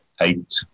eight